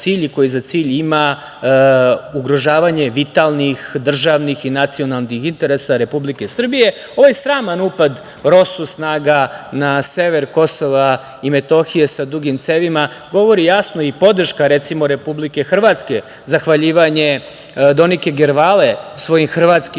koji za cilj ima ugrožavanje vitalnih državnih i nacionalnih interesa Republike Srbije. Ovaj sraman upad ROSU snaga na severu KiM sa dugim cevima govori jasno. Podrška, recimo, Republike Hrvatske, zahvaljivanje Donike Gervale svojim hrvatskim